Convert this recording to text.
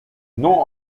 non